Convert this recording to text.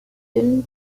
dünnen